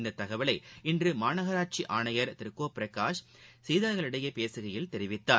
இத்தகவலை இன்று மாநகராட்சி ஆணையர் திரு கோ பிரகாஷ் செய்தியாளர்களிடையே பேசுகையில் தெரிவித்தார்